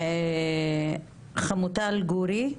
חמוטל גורי,